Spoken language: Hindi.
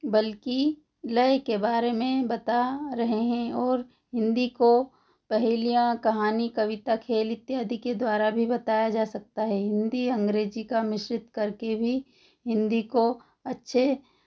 बल्कि लय के बारे में बता रहे हैं और हिन्दी को पहेलियाँ या कहानी कविता खेल इत्यादि के द्वारा भी बताया जा सकता है हिन्दी अंग्रेजी का मिश्रित करके भी हिन्दी को अच्छे